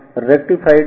rectified